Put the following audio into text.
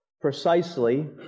precisely